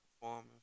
performing